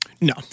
No